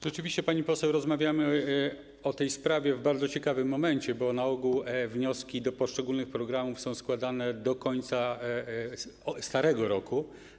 Rzeczywiście, pani poseł, rozmawiamy o tej sprawie w bardzo ciekawym momencie, bo na ogół wnioski do poszczególnych programów są składane do końca starego roku.